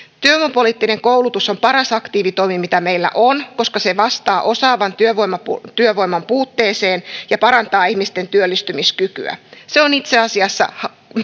työvoimapoliittinen koulutus on paras aktiivitoimi mitä meillä on koska se vastaa osaavan työvoiman työvoiman puutteeseen ja parantaa ihmisten työllistymiskykyä itse asiassa